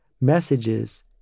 messages